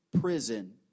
prison